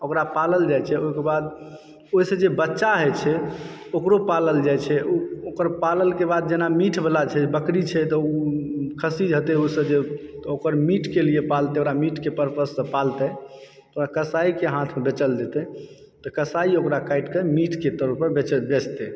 ओकरा पालल जाइ छै ओहिके बाद ओहिसँ जे बच्चा हय छै ओकरो पालल जाइ छै ओकर पाललके बाद जेना मीटबला छै बकरी छै तऽ ओ खस्सी जे हेतय ओहिसँ जे तऽ ओकर मीटके लिअ पालतै ओकरा मीटके पर्पससँ पालतै ओकरा कसाईके हाथ बेचल जेतय तऽ कसाई ओकरा काटिकऽ मीटके तौर पर बेचतय